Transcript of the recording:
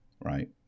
Right